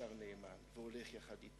הולך אחורנית